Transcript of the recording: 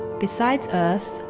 besides earth,